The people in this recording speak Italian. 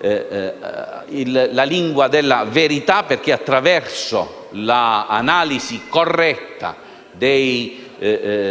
la lingua della verità. Attraverso l'analisi corretta